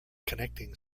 connecting